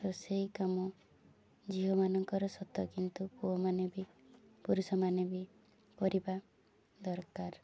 ରୋଷେଇ କାମ ଝିଅମାନଙ୍କର ସତ କିନ୍ତୁ ପୁଅମାନେ ବି ପୁରୁଷମାନେ ବି କରିବା ଦରକାର